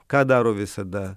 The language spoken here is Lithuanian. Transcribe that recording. ką daro visada